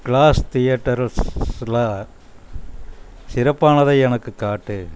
class தியேட்டரில் சிறப்பானதை எனக்கு காட்டு